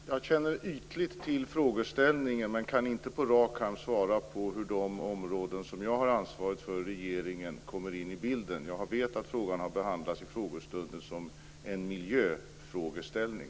Fru talman! Jag känner ytligt till frågeställningen men kan inte på rak arma svara på hur de områden som jag har ansvar för i regeringen kommer in i bilden. Jag vet att frågan har behandlats i frågestunden som en miljöfrågeställning.